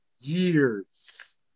years